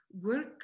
work